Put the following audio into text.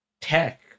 tech